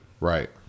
Right